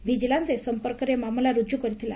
vigilance ଏ ସଂପର୍କରେ ମାମଲା ରୁଜୁ କରିଥିଲା